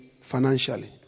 financially